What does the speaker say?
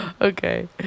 okay